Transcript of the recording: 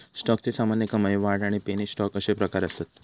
स्टॉकचे सामान्य, कमाई, वाढ आणि पेनी स्टॉक अशे प्रकार असत